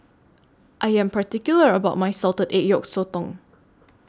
I Am particular about My Salted Egg Yolk Sotong